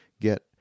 get